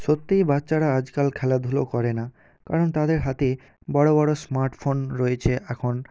সত্যিই বাচ্চারা আজকাল খেলাধুলো করে না কারণ তাদের হাতে বড় বড় স্মার্টফোন রয়েছে এখন